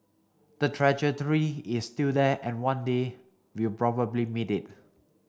the trajectory is still there and one day we'll probably meet it